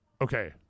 okay